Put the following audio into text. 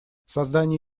создание